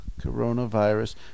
coronavirus